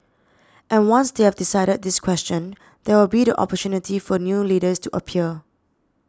and once they have decided this question there will be the opportunity for new leaders to appear